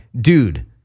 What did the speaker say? dude